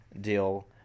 Deal